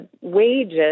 wages